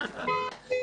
סליחה,